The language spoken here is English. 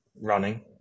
Running